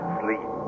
sleep